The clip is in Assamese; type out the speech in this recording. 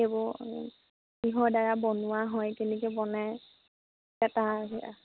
সেইবোৰ কিহৰ দ্বাৰা বনোৱা হয় কেনেকৈ বনাই পেটা